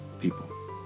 people